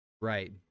Right